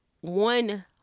one